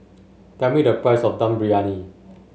tell me the price of Dum Briyani